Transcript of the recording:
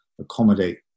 accommodate